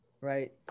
right